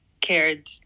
cared